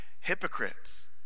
hypocrites